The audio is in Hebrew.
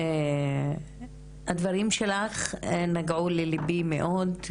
שהדברים שלך נגעו לליבי מאוד,